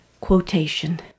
Quotation